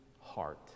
heart